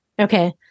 Okay